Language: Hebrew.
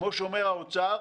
כמו שאומר האוצר,